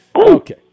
Okay